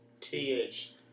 TH